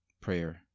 prayer